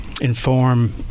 inform